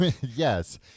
Yes